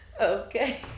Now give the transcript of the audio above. Okay